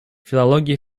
филология